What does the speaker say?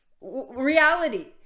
reality